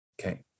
Okay